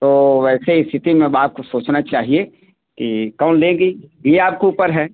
तो वैसे स्थिति में अब आपको सोचना चाहिए कि कौन लेंगी ये आपके ऊपर है